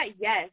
Yes